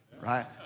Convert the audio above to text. right